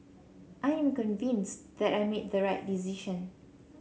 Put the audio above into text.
I am convinced that I made the right decision